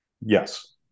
Yes